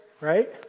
right